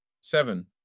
Seven